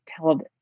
told